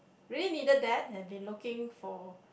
really needed that and been looking for